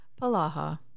Palaha